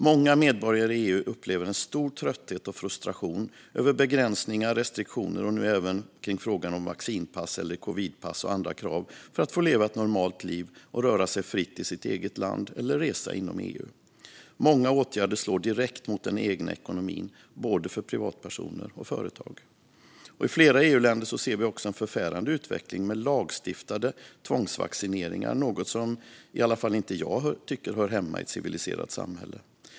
Många medborgare i EU upplever en stor trötthet och frustration över begränsningar, restriktioner och nu även kring frågan om vaccinationspass eller covidpass och andra krav för att få leva ett normalt liv och röra sig fritt i sitt eget land eller resa inom EU. Många åtgärder slår direkt mot den egna ekonomin, både för privatpersoner och för företag. I flera EU-länder ser vi också en förfärande utveckling med lagstiftade tvångsvaccineringar, något som i alla fall inte jag tycker hör hemma i ett civiliserat samhälle.